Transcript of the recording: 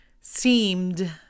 seemed